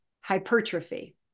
Hypertrophy